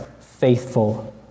faithful